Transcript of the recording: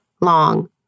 long